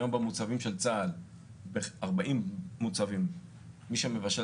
היום ב-40 מוצבים של צה"ל מי שמבשל